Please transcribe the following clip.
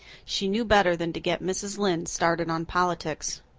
she knew better than to get mrs. lynde started on politics.